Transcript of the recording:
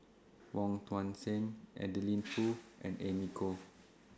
Wong Tuang Seng Adeline Foo and Amy Khor